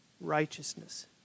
righteousness